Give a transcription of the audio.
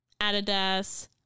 Adidas